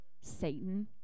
satan